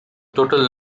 total